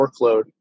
workload